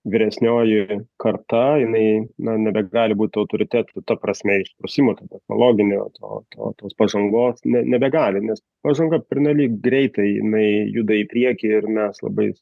vyresnioji karta jinai na nebegali būt autoritetu ta prasme išprusimo to technologinio to to tos pažangos ne nebegali nes pažanga pernelyg greitai jinai juda į priekį ir mes labai